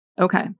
Okay